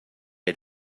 had